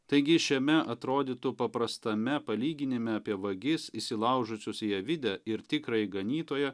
taigi šiame atrodytų paprastame palyginime apie vagis įsilaužusius į avidę ir tikrąjį ganytoją